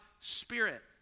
Spirit